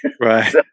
Right